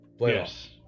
yes